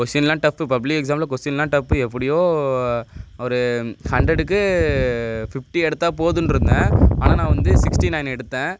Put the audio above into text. question எல்லாம் tough public எக்ஸாம்மில் question எல்லாம் டஃப்பு எப்படியோ ஒரு ஹண்ட்ரெடுக்கு ஃபிஃப்டி எடுத்தா போதுன்னுருந்தேன் ஆனால் நான் வந்து சிக்ட்டி நைன் எடுத்தேன்